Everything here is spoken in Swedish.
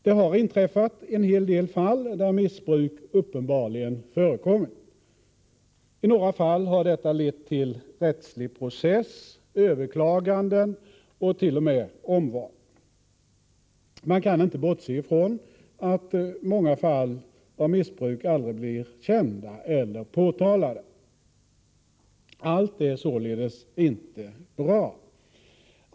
Det har inträffat en hel del fall där missbruk uppenbarligen har förekommit. I några fall har detta lett till rättslig process, överklaganden och t.o.m. omval. Man kan inte bortse från att många fall av missbruk aldrig blir kända eller påtalade. Allt är således inte bra.